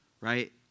right